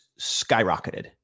skyrocketed